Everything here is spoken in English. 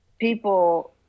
people